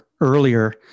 earlier